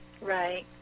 Right